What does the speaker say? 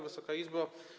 Wysoka Izbo!